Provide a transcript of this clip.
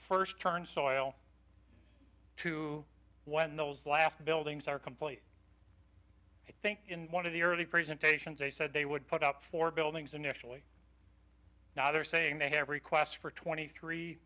first turn soil to when those last buildings are complete i think in one of the early presentations they said they would put up four buildings initially now they're saying they have requests for twenty three